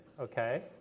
okay